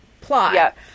plot